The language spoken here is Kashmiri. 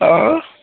اۭں